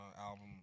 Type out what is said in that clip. album